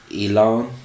Elon